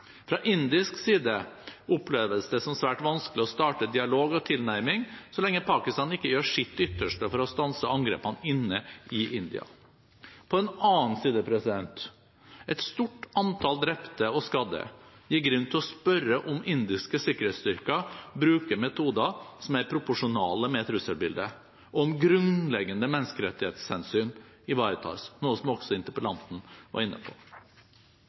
Fra indisk side oppleves det som svært vanskelig å starte dialog og tilnærming så lenge Pakistan ikke gjør sitt ytterste for å stanse angrepene inne i India. På den annen side: Et stort antall drepte og skadde gir grunn til å spørre om indiske sikkerhetsstyrker bruker metoder som er proporsjonale med trusselbildet, og om grunnleggende menneskerettighetshensyn ivaretas, noe som også interpellanten var inne på.